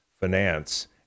finance